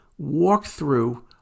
walkthrough